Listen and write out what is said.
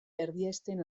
erdiesten